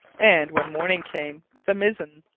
and, when morning came, the mizen.